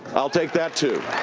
i'll take that, too.